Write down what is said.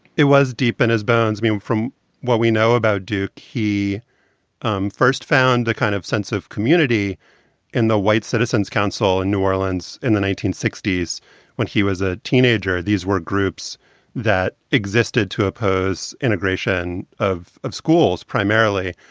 it was deep in his bones. i mean, from what we know about two key um first found a kind of sense of community in the white citizens council in new orleans in the nineteen sixty s when he was a teenager. these were groups that existed to oppose integration of of schools primarily.